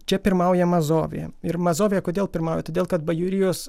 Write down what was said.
čia pirmauja mazovija ir mazovija kodėl pirmauja todėl kad bajorijos